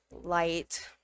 light